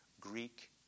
Greek